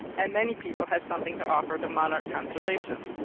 and many people have something to offer to monarch conservation.